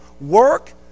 work